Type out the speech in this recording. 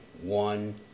one